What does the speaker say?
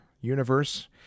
universe